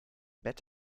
bett